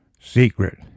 secret